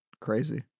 crazy